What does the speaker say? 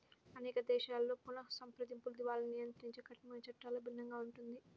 అనేక దేశాలలో పునఃసంప్రదింపులు, దివాలాను నియంత్రించే కఠినమైన చట్టాలలో భిన్నంగా ఉంటుంది